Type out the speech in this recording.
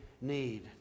need